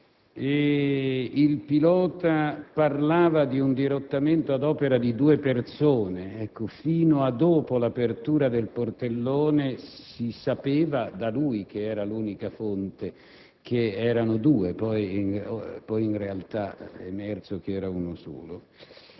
Il pilota parlava di un dirottamento ad opera di due persone e fino a dopo l'apertura del portellone si sapeva da lui, che era l'unica fonte, che erano due persone. In seguito, in realtà, è emerso che si